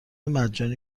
مجانی